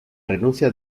renuncia